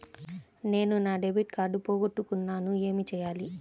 నేను నా debit card పోగొట్టుకున్నాను ఏమి చేయాలి?